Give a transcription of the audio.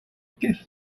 give